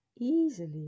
easily